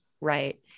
right